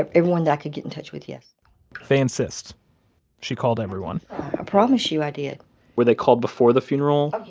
ah everyone that i could get in touch with, yes faye insists she called everyone i promise you i did were they called before the funeral?